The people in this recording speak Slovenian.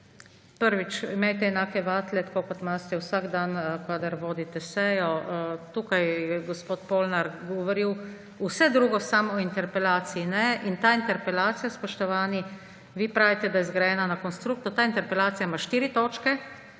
Prvič, imejte enake vatle, tako kot imate vsak dan, kadar vodite sejo. Tukaj je gospod Polnar govoril vse drugo, samo o interpelaciji ne. In ta interpelacija, spoštovani, vi pravite, da je zgrajena na konstruktu, ta interplelacija ima štiri točke.